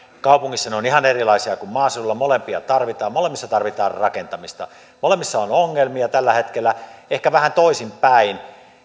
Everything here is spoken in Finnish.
kaupungissa ne ovat ihan erilaisia kuin maaseudulla ja molempia tarvitaan molemmissa tarvitaan rakentamista molemmissa on ongelmia tällä hetkellä ehkä vähän toisinpäin